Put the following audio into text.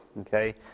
okay